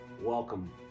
welcome